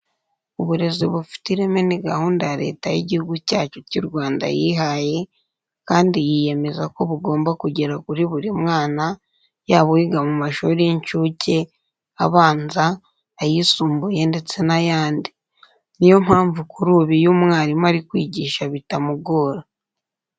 Uburezi bufite ireme ni gahunda Leta y'Igihugu cyacu cy'u Rwanda yihaye kandi yiyemeza ko bugomba kugera kuri buri mwana yaba uwiga mu mashuri y'incuke, abanza, ayisumbuye ndetse n'ayandi. Ni yo mpamvu kuri ubu iyo umwarimu ari kwigisha bitamugora.